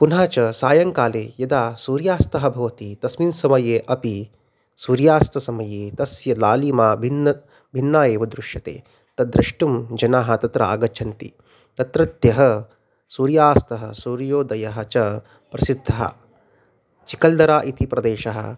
पुनः च सायङ्काले यदा सूर्यास्तः भवति तस्मिन् समये अपि सूर्यास्तसमये तस्य लालिमा भिन्ना भिन्ना एव दृश्यते तद् द्रष्टुं जनाः तत्र आगच्छन्ति तत्रत्यः सूर्यास्तः सूर्योदयः च प्रसिद्धः चिकल्दरा इति प्रदेशः